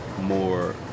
more